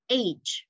age